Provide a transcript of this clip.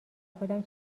خودم